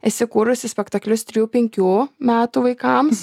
esi kūrusi spektaklius trijų penkių metų vaikams